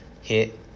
Hit